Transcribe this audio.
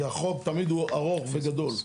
כי החוק הוא תמיד ארוך וגדול,